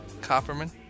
Copperman